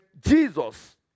Jesus